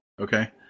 Okay